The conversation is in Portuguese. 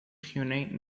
reúnem